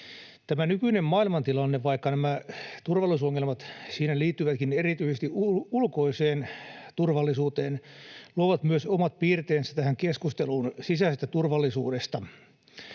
Tämä nykyinen maailmantilanne, vaikka nämä turvallisuusongelmat siinä liittyvätkin erityisesti ulkoiseen turvallisuuteen, luo myös omat piirteensä tähän keskusteluun sisäisestä turvallisuudesta.